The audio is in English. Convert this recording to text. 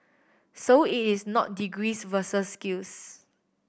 so it is not degrees versus skills